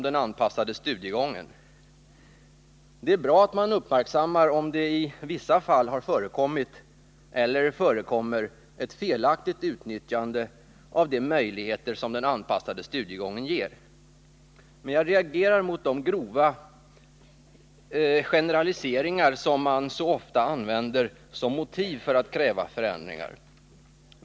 Det är bra att man uppmärksammar om det i vissa fall har förekommit, eller förekommer, ett felaktigt utnyttjande av de möjligheter som den anpassade studiegången ger. Men jag reagerar mot de grova generaliseringar som man så ofta använder som motiv för att kräva förändringar.